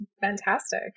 fantastic